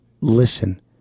listen